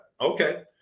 Okay